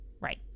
right